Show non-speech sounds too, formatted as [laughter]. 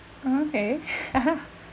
oh okay [laughs]